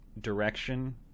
direction